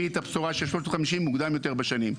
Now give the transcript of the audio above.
את הבשורה של 350 מוקדם יותר בשנים,